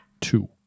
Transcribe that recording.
two